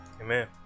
Amen